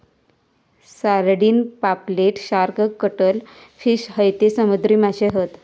sardine, पापलेट, shark, cuttlefish हयते समुद्री माशे हत